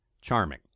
charming